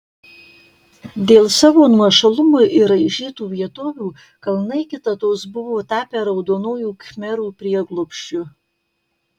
dėl savo nuošalumo ir raižytų vietovių kalnai kitados buvo tapę raudonųjų khmerų prieglobsčiu